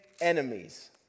enemies